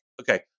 okay